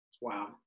Wow